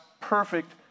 perfect